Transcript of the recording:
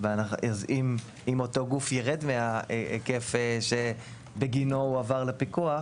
אז אם אותו גוף ירד מההיקף שבגינו הוא עבר לפיקוח,